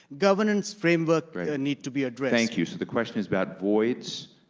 governance framework need to be addressed. thank you. so the question is about voids.